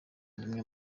rimwe